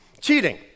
Cheating